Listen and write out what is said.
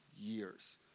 years